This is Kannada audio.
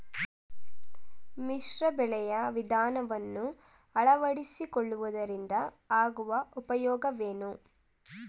ಮಿಶ್ರ ಬೆಳೆಯ ವಿಧಾನವನ್ನು ಆಳವಡಿಸಿಕೊಳ್ಳುವುದರಿಂದ ಆಗುವ ಉಪಯೋಗವೇನು?